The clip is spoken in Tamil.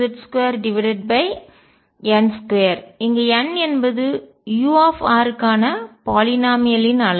6Z2n2 இங்கு n என்பது u க்கான பாலிநாமியல் யின் அளவு